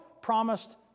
promised